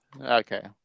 okay